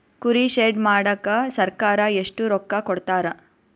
ಕುರಿ ಶೆಡ್ ಮಾಡಕ ಸರ್ಕಾರ ಎಷ್ಟು ರೊಕ್ಕ ಕೊಡ್ತಾರ?